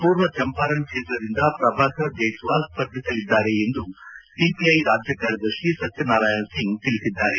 ಪೂರ್ವ ಚಂಪಾರಣ್ ಕ್ಷೇತ್ರದಿಂದ ಪ್ರಭಾಕರ್ ಜೈಸ್ವಾಲ್ ಸ್ಪರ್ಧಿಸಲಿದ್ದಾರೆ ಎಂದು ಸಿಪಿಐ ರಾಜ್ಯ ಕಾರ್ಯದರ್ಶಿ ಸತ್ಯನಾರಾಯಣ ಸಿಂಗ್ ತಿಳಿಸಿದ್ದಾರೆ